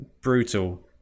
brutal